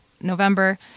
November